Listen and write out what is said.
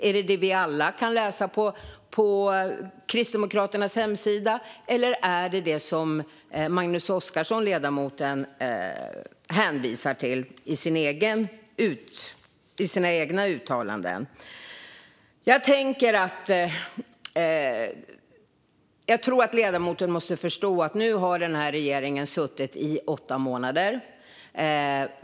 Är det vad vi alla kan läsa på Kristdemokraternas hemsida, eller är det vad ledamoten Magnus Oscarsson hänvisar till i sina egna uttalanden? Jag tror att ledamoten måste förstå att regeringen nu har styrt i åtta månader.